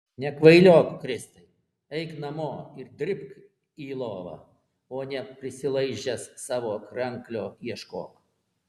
nekvailiok kristai eik namo ir dribk į lovą o ne prisilaižęs savo kranklio ieškok